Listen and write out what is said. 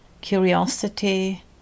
curiosity